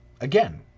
Again